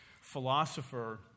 philosopher